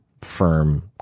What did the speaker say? firm